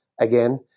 again